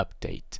update